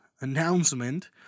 announcement